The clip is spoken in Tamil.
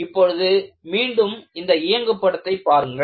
இப்பொழுது மீண்டும் இந்த இயங்கு படத்தை பாருங்கள்